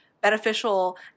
beneficial